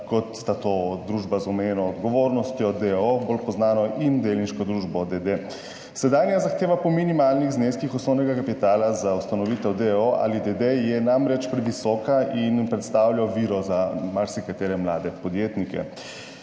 kot sta to družba z omejeno odgovornostjo, deoo, bolj poznano, in delniška družba, dede. Sedanja zahteva po minimalnih zneskih osnovnega kapitala za ustanovitev deooja ali dedeja je namreč previsoka in predstavlja oviro za marsikatere mlade podjetnike.